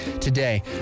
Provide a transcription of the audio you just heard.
today